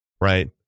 right